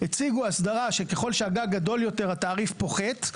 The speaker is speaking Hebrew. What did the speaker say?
הציגו אסדרה שככל שהגג גדול יותר התעריף פוחת.